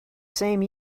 same